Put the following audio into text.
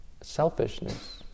selfishness